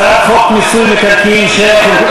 הצעת חוק מיסוי מקרקעין (שבח ורכישה)